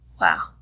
Wow